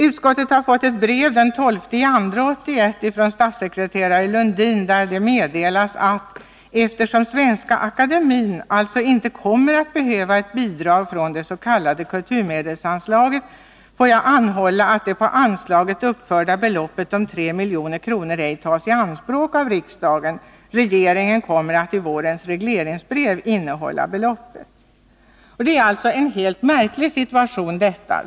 I brev till utskottet den 12 februari meddelar statssekreterare Lundin: ”Eftersom Svenska Akademien alltså inte kommer att behöva ett bidrag från det s.k. kulturmedelsanslaget, får jag anhålla att det på anslaget uppförda beloppet om 3 milj.kr. ej tas i anspråk av riksdagen. Regeringen kommer att i vårens regleringsbrev innehålla beloppet.” Det är en märklig situation!